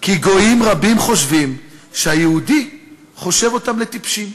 כי גויים רבים חושבים שהיהודי חושב אותם לטיפשים.